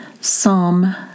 Psalm